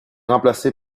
remplacé